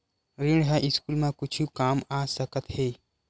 ऋण ह स्कूल मा कुछु काम आ सकत हे?